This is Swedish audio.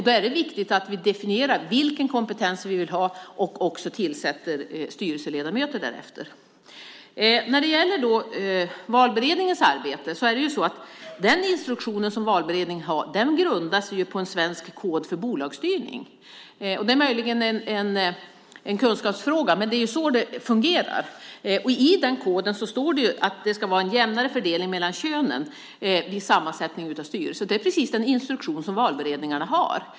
Då är det viktigt att vi definierar vilken kompetens som vi vill ha och också tillsätter styrelseledamöter därefter. Den instruktion som valberedningarna har grundar sig på en svensk kod för bolagsstyrning. Det är möjligen en kunskapsfråga. Men det är så det fungerar. Och enligt denna kod ska det vara en jämnare fördelning mellan könen vid sammansättning av styrelser. Det är precis den instruktion som valberedningarna har.